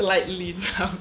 slightly dark